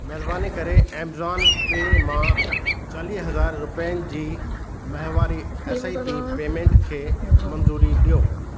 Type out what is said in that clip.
महिरबानी करे ऐमज़ॉन पे मां चालीह हज़ार रुपयनि जी माहवारी एस आई पी पेमेंट खे मंज़ूरी ॾियो